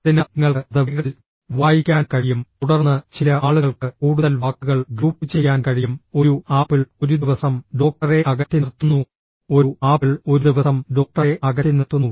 അതിനാൽ നിങ്ങൾക്ക് അത് വേഗത്തിൽ വായിക്കാൻ കഴിയും തുടർന്ന് ചില ആളുകൾക്ക് കൂടുതൽ വാക്കുകൾ ഗ്രൂപ്പുചെയ്യാൻ കഴിയും ഒരു ആപ്പിൾ ഒരു ദിവസം ഡോക്ടറെ അകറ്റിനിർത്തുന്നു ഒരു ആപ്പിൾ ഒരു ദിവസം ഡോക്ടറെ അകറ്റിനിർത്തുന്നു